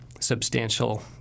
substantial